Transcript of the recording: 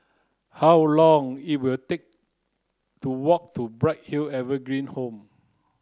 how long it will take to walk to Bright Hill Evergreen Home